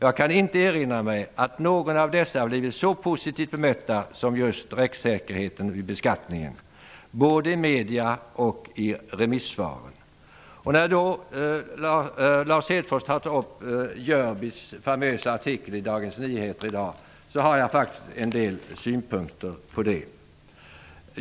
Jag kan inte erinra mig att någon av dessa har blivit så positivt bemött som just den om rättssäkerheten vid beskattningen, både i medier och i remissvaren. Lars Hedfors tog upp Jörbys artikel i Dagens Nyheter i dag. Jag har en del synpunkter på detta.